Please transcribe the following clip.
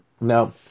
Now